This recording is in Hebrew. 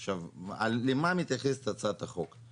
עכשיו, למה מתייחסת הצעת החוק?